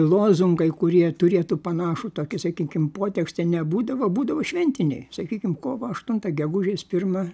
lozungai kurie turėtų panašų tokį sakykim potekstę nebūdavo būdavo šventiniai sakykim kovo aštunta gegužės pirma